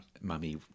mummy